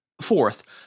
Fourth